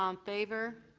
um favor?